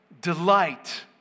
delight